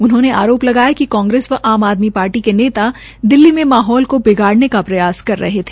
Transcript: उन्होंने लगाया कि कांग्रेस व आम आदमी पार्टी के नेता दिल्ली का माहौल को बिगाड़ने का प्रयास कर रहे है